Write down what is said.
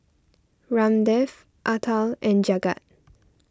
Ramdev Atal and Jagat